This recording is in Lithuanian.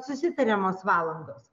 susitariamos valandos